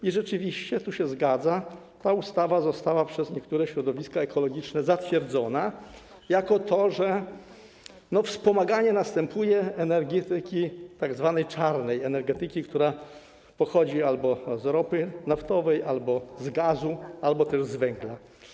I rzeczywiście to się zgadza: ta ustawa została przez niektóre środowiska ekologiczne zatwierdzona jako to, że następuje wspomaganie energetyki tzw. czarnej, energetyki, która pochodzi albo z ropy naftowej, albo z gazu, albo też z węgla.